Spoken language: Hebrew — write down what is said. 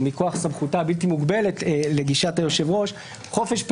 או מכוח סמכותה הבלתי מוגבלת לגישת היושב ראש --- ושמגר.